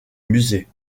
musée